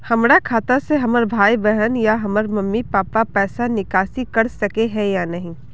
हमरा खाता से हमर भाई बहन या हमर मम्मी पापा पैसा निकासी कर सके है या नहीं?